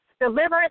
deliverance